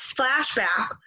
flashback